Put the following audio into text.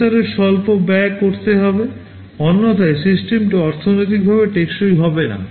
প্রসেসরের স্বল্প ব্যয় করতে হবে অন্যথায় সিস্টেমটি অর্থনৈতিকভাবে টেকসই হবে না